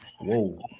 Whoa